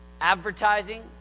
advertising